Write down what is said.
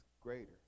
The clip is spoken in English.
greater